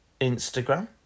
instagram